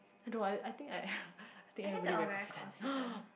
I don't know I I think I I think everybody very confident